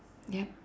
yup